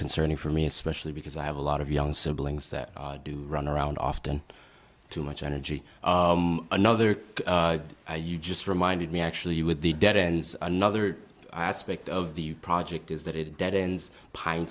concerning for me especially because i have a lot of young siblings that do run around often too much energy another you just reminded me actually you would be dead ends another aspect of the project is that it deadens pine